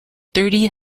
thirty